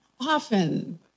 often